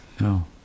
no